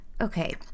Okay